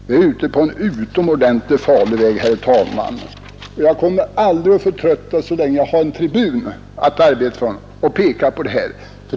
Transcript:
Vi är ute på en utomordentligt farlig väg, herr talman! Så länge jag har en tribun att arbeta från kommer jag aldrig att förtröttas att peka på dessa missförhållanden.